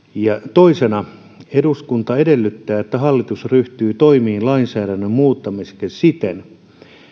toisena eduskunta edellyttää että hallitus ryhtyy toimiin lainsäädännön muuttamiseksi siten